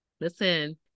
Listen